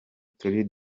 turi